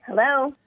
hello